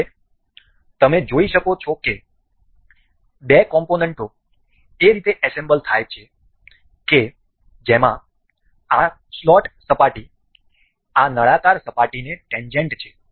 હવે તમે જોઈ શકો છો કે બે કોમ્પોનન્ટો એ રીતે એસેમ્બલ થાય છે કે જેમાં આ સ્લોટ સપાટી આ નળાકાર સપાટીને ટેન્જેન્ટ છે